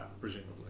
presumably